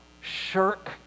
shirk